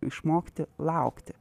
išmokti laukti